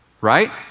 right